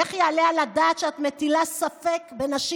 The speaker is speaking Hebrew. איך יעלה על הדעת שאת מטילה ספק בנשים